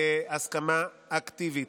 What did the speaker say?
הסכמה אקטיבית.